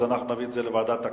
אז אנחנו נביא את זה לוועדת הכנסת,